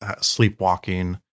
sleepwalking